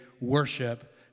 worship